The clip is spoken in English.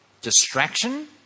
distraction